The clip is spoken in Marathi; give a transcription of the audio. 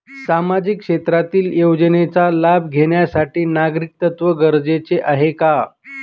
सामाजिक क्षेत्रातील योजनेचा लाभ घेण्यासाठी नागरिकत्व गरजेचे आहे का?